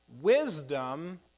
Wisdom